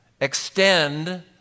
extend